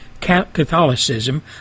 Catholicism